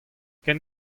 ken